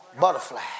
butterfly